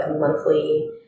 monthly